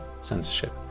censorship